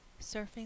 surfing